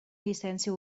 llicència